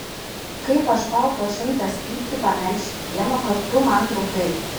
kaip aš tau po šimtas pypkių pamelšiu pieno kad man trukdai